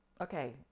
Okay